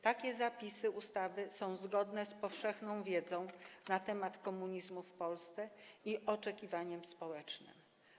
Takie zapisy ustawy są zgodne z powszechną wiedzą na temat komunizmu w Polsce i oczekiwaniem społecznym.